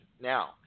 Now